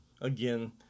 again